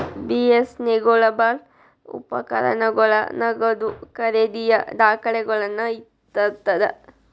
BS negotiable ಉಪಕರಣಗಳ ನಗದು ಖರೇದಿಯ ದಾಖಲೆಗಳನ್ನ ಇಟ್ಟಿರ್ತದ